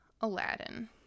Aladdin